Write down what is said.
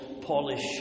polish